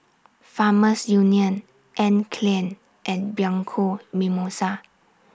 Farmers Union Anne Klein and Bianco Mimosa